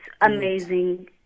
amazing